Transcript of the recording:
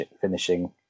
finishing